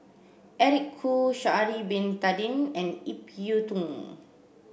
Eric Khoo Sha'ari bin Tadin and Ip Yiu Tung